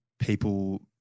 people